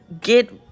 get